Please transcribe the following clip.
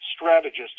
strategist